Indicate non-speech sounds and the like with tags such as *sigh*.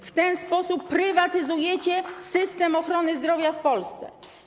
W ten sposób prywatyzujecie *applause* system ochrony zdrowia w Polsce.